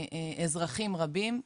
אזרחים רבים,